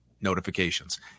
notifications